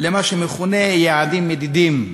למה שמכונה יעדים מדידים,